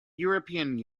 european